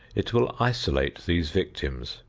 it will isolate these victims,